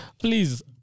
Please